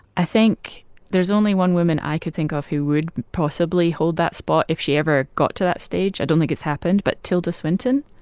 i think there's only one woman i could think of who would possibly hold that spot if she ever got to that stage. i don't think it's happened but tilda swinton